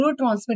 neurotransmitter